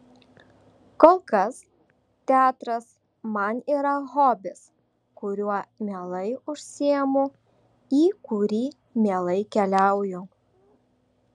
kol kas teatras man yra hobis kuriuo mielai užsiimu į kurį mielai keliauju